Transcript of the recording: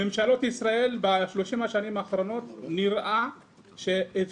ב-30 השנים האחרונות נראה שממשלות ישראל